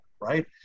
right